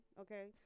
okay